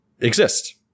exist